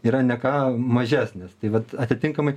yra ne ką mažesnės bet atitinkamai